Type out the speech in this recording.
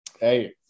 Hey